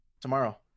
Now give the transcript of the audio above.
Tomorrow